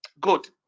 Good